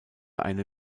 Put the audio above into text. eine